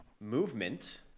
movement